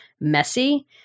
messy